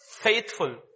faithful